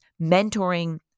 mentoring